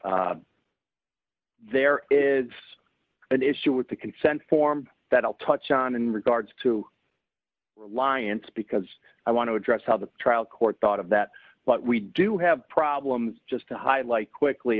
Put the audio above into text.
there is an issue with the consent form that i'll touch on in regards to reliance because i want to address how the trial court thought of that but we do have problems just to highlight quickly